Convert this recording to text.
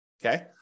Okay